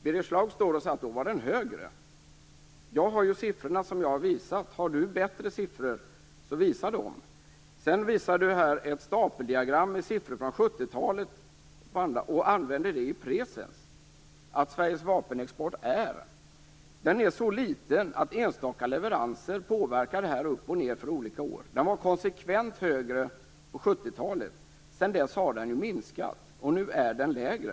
Birger Schlaug säger att den är högre. Jag har siffrorna som jag har visat. Om Birger Schlaug har bättre siffror, får han visa dem. Birger Schlaug visade ett stapeldiagram med siffror från 70-talet och använde dem i presens, dvs. "Sveriges vapenexport är -". Exporten är så liten att enstaka leveranser påverkar siffrorna upp och ned för olika år. Den var konsekvent högre på 70-talet. Sedan dess har den ju minskat. Nu är den lägre.